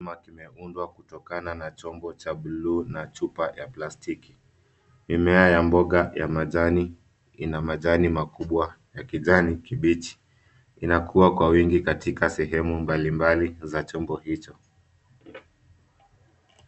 Chuma kimeundwa kutokana na chombo cha buluu na chupa ya plastiki mimea ya mboga ya majani ina majani makubwa ya kijani kibichi inakuwa kwa wingi katika sehemu mbali mbali za chombo hicho